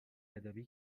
ادبی